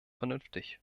vernünftig